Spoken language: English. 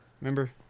Remember